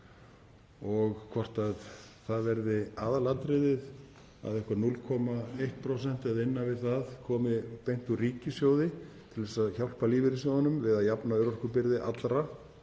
og hvort það verði aðalatriðið að 0,1%, eða innan við það, komi beint úr ríkissjóði til að hjálpa lífeyrissjóðunum við að jafna örorkubyrði allra